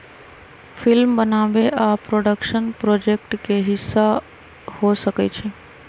film बनाबे आ production project के हिस्सा हो सकइ छइ